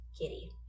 kitty